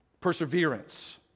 Perseverance